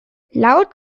laut